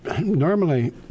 normally